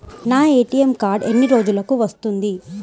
నా ATM card ఎన్ని రోజులకు వస్తుంది?